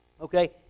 Okay